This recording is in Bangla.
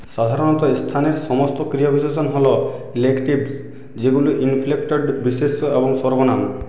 সাধারণত স্থানের সমস্ত ক্রিয়াবিশেষণ হল লেকটিভস যেগুলি ইনফ্লেকক্টেড বিশেষ্য এবং সর্বনাম